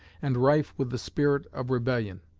and rife with the spirit of rebellion.